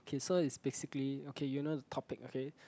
okay so is basically okay you know the topic okay